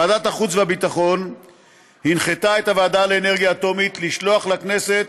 ועדת החוץ והביטחון הנחתה את הוועדה לאנרגיה אטומית לשלוח לכנסת